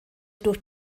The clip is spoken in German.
durch